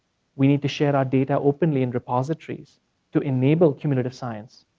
we need to share our data openly in repositories to enable communitive science,